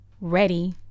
ready